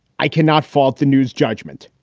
i cannot fault the news, judgment.